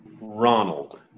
ronald